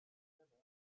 salades